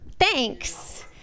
thanks